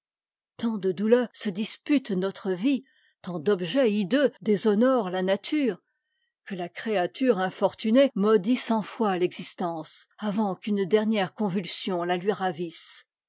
tant de douleurs se disputent notre vie tant d'objets hideux déshonorent la nature que la créature infortunée maudit cent fois l'existence avant qu'une dernière convulsion la lui ravisse